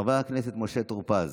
חבר הכנסת משה טור פז,